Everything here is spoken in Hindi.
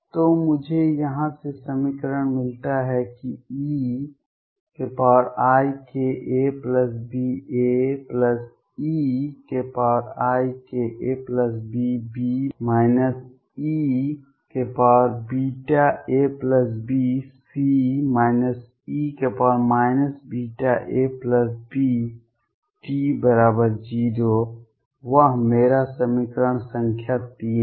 तो मुझे यहाँ से समीकरण मिलता है कि eikabAeikabB eabC e βabD0 वह मेरा समीकरण संख्या 3 है